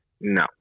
no